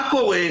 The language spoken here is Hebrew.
מה קורה?